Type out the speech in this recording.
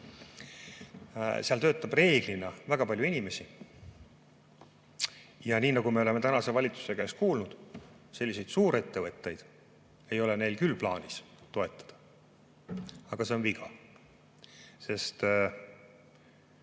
Seal töötab reeglina väga palju inimesi. Ja nii nagu me oleme tänase valitsuse käest kuulnud, selliseid suurettevõtteid ei ole neil küll plaanis toetada. Aga see on viga. Sest